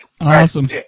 Awesome